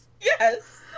Yes